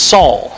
Saul